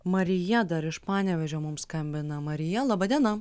marija dar panevėžio mums skambina marija laba diena